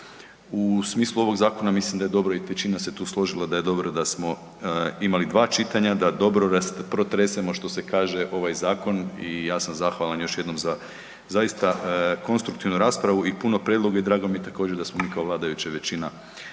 U smislu ovog zakona mislim da je dobro i većina se tu složila da je dobro da smo imali dva čitanja, da dobro protresemo što se kaže ovaj zakon. I ja sam zahvalan još jednom za zaista konstruktivnu raspravu i puno prijedloga i drago mi je također da smo mi kao vladajuća većina